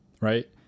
right